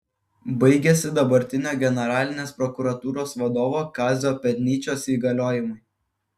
baigiasi dabartinio generalinės prokuratūros vadovo kazio pėdnyčios įgaliojimai